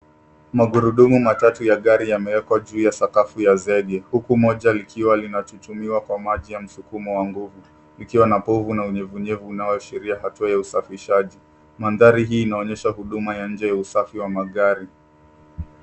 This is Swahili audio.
Magurudumu matatu ya gari yamewekwa juu ya sakafu ya zege huku moja likiwa linachuchumiwa kwa mji ya msukumo wa nguvu ikiwa na povu na unyevunyevu unaoashiria hatua ya usafishaji. mandhari hii inaonyesha huduma ya nje ya usafi wa magari.